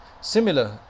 Similar